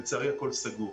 לצערי הכול סגור.